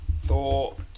Thought